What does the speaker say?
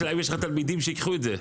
השאלה אם יש לך תלמידים שייקחו את זה.